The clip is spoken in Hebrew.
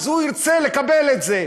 אז הוא ירצה לקבל את זה.